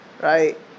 right